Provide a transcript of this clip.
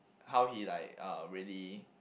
how he like uh really